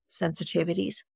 sensitivities